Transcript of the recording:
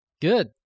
Good